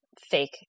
fake